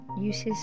Uses